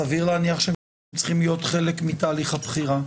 סביר להניח שהם צריכים להיות חלק מתהליך הבחירה.